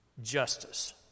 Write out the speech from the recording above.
justice